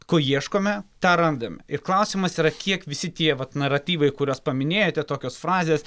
ko ieškome tą randame ir klausimas yra kiek visi tie vat naratyvai kuriuos paminėjote tokios frazės